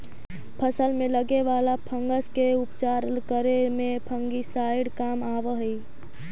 फसल में लगे वाला फंगस के उपचार करे में फंगिसाइड काम आवऽ हई